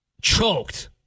Choked